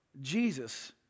Jesus